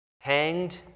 hanged